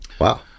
Wow